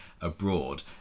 abroad